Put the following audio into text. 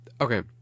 Okay